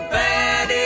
bad